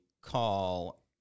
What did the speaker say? call